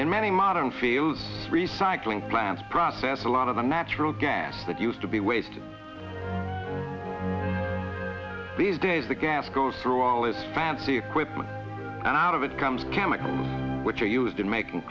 in many modern fields recycling plants process a lot of the natural gas that used to be wasted these days the gas goes through all its fancy equipment and out of it comes chemicals which are used in making